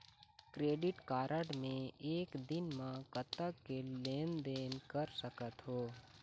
Credit card मे एक दिन म कतक के लेन देन कर सकत हो?